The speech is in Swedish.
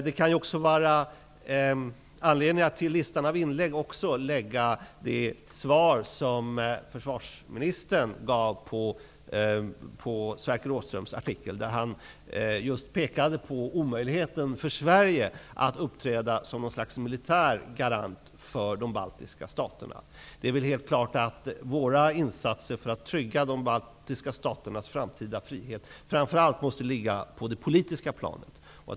Det kan emellertid finnas anledning att till listan av inlägg lägga det svar som försvarsministern gav på Sverker Åströms artikel. I svaret pekade han på omöjligheten för Sverige att uppträda som ett slags militär garant för de baltiska staterna. Helt klart måste våra insatser för att trygga de baltiska staternas framtida frihet framför allt ligga på det politiska planet.